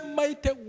mighty